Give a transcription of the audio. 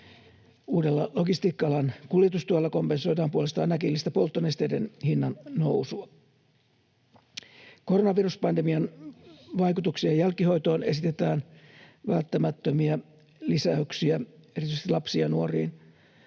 Uudella logistiikka-alan kuljetustuella kompensoidaan puolestaan äkillistä polttonesteiden hinnannousua. Koronaviruspandemian vaikutuksien jälkihoitoon esitetään välttämättömiä lisäyksiä — erityisesti lapsiin ja nuoriin